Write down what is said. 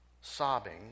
sobbing